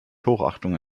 hochachtung